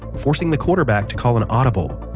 forcing the quarterback to call an audible,